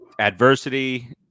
adversity